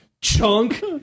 chunk